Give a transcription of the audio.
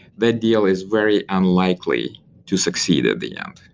that deal is very unlikely to succeed at the end.